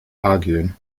arguing